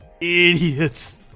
Idiots